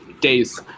Days